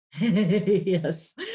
yes